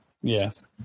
Yes